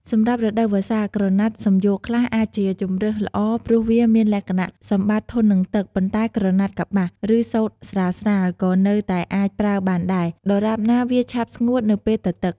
សម្រាប់រដូវវស្សា ក្រណាត់សំយោគខ្លះអាចជាជម្រើសល្អ ព្រោះវាមានលក្ខណៈសម្បត្តិធន់នឹងទឹក ប៉ុន្តែ ក្រណាត់កប្បាស ឬសូត្រស្រាលៗ ក៏នៅតែអាចប្រើបានដែរ ដរាបណាវាឆាប់ស្ងួតនៅពេលទទឹក។